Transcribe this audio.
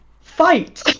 fight